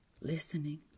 listening